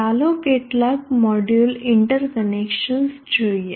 ચાલો કેટલાક module interconnections જોઈએ